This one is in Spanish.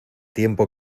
tiempo